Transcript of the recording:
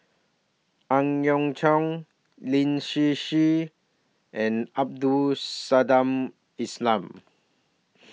Ang Yau Choon Lin Hsin Hsin and Abdul Samad Islam